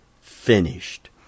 finished